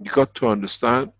you got to understand